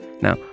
Now